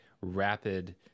rapid